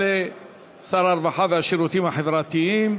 שר הרווחה והשירותים החברתיים.